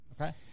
okay